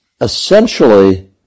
essentially